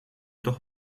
toch